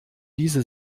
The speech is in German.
diese